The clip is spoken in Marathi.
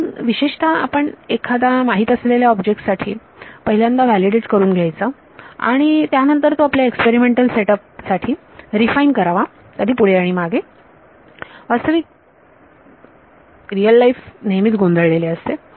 म्हणून विशेषतः आपण एखादा माहित असलेल्या ऑब्जेक्ट साठी पहिल्यांदा व्हॅलिडेट करून घ्यावा आणि त्यानंतर तो आपल्या एक्सपेरिमेंटल सेट अप साठी रिफाईन करावा कधी पुढे आणि मागे वास्तविक जग नेहमीच गोंधळलेले असते